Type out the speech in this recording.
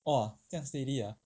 !wah! 这样 steady ah